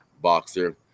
boxer